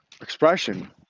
expression